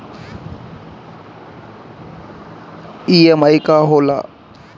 EMI का होला?